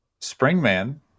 Springman